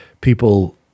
people